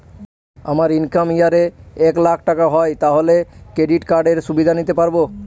আমার income year এ এক লাক টাকা হয় তাহলে ক্রেডিট কার্ড এর সুবিধা নিতে পারবো?